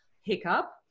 hiccup